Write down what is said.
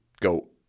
go